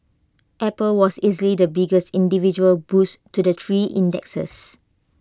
apple was easily the biggest individual boost to the three indexes